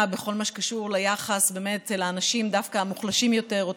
בכל מה שקשור ליחס אל האנשים המוחלשים יותר דווקא,